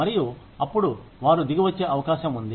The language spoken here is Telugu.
మరియు అప్పుడు వారు దిగి వచ్చే అవకాశం ఉంది